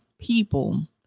people